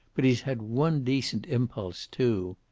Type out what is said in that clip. but he's had one decent impulse, too.